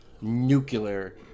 nuclear